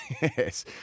yes